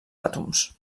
àtoms